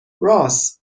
رآس